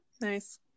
nice